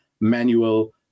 manual